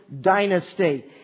dynasty